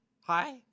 Hi